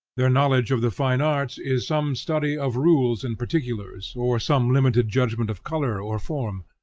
their knowledge of the fine arts is some study of rules and particulars, or some limited judgment of color or form,